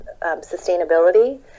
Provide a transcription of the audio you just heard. sustainability